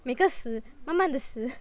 每个死慢慢的死